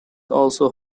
also